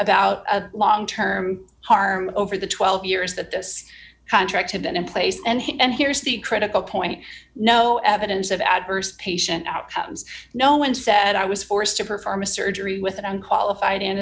about the long term harm over the twelve years that this contract had been in place and here's the critical point no evidence of adverse patient outcomes no one said i was forced to perform a surgery with an unqualified ind